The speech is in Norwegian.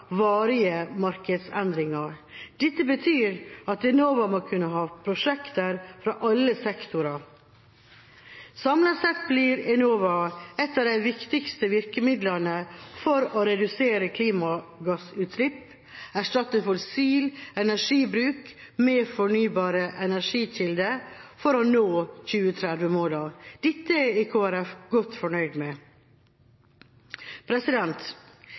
varige markedsendringer. Dette betyr at Enova må kunne ha prosjekter fra alle sektorer. Samlet sett blir Enova et av de viktigste virkemidlene for å redusere klimagassutslipp og erstatte fossil energibruk med fornybare energikilder for å nå 2030-målene. Dette er Kristelig Folkeparti godt fornøyd med.